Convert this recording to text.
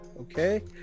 Okay